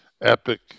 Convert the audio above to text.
epic